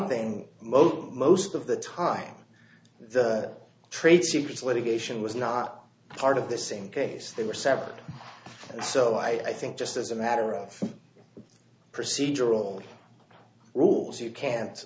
thing most most of the time the trade secrets litigation was not part of the same case they were separate and so i think just as a matter of procedural rules you can't